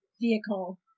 vehicle